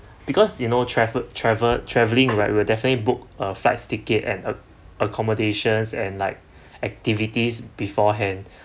because you know trafe~ travel travelling right will definitely book a flight ticket and a accommodations and like activities beforehand